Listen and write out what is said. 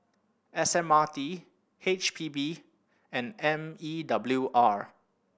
S M R T H P B and M E W R